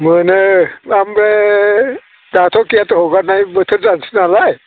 मोनो ओमफ्राय दाथ' गेट हगारनाय बोथोर जानोसै नालाय